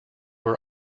were